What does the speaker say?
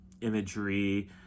imagery